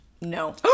No